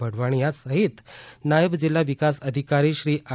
વઢવાણીયા સહીત નાયબ જિલ્લા વિકાસ અધિકારી શ્રી આર